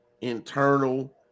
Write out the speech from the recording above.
internal